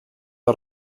der